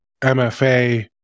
MFA